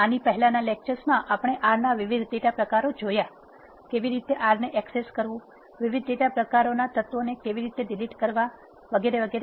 આની પહેલાનાં લેક્ચર્સમાં આપણે R નાં વિવિધ ડેટા પ્રકારો જોયાં કેવી રીતે R ને એક્સેસ કરવું વિવિધ ડેટા પ્રકારોના તત્વોને કેવી રીતે ડિલીટ કરવા અને વગેરે